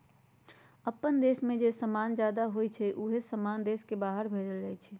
अप्पन देश में जे समान जादा होई छई उहे समान देश के बाहर भेजल जाई छई